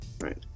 Right